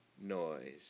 noise